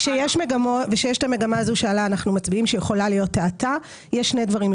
כשיש המגמה הזאת שעליה אנחנו מצביעים שיכולה להיות האטה יש שני דברים,